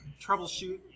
troubleshoot